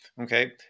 Okay